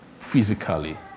physically